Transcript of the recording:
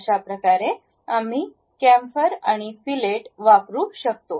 अशाप्रकारे आम्ही कॅम्फर आणि फिलेट वापरू शकतो